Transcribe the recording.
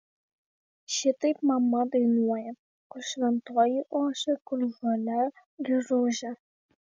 šitaip mama dainuoja kur šventoji ošia kur žalia giružė